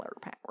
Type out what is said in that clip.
power